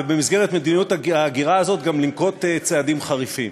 ובמסגרת מדיניות ההגירה הזאת גם לנקוט צעדים חריפים.